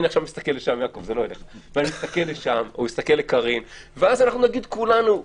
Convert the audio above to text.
ואז נגיד כולנו,